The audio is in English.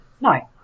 No